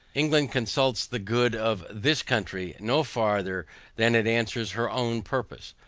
england consults the good of this country, no farther than it answers her own purpose.